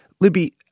Libby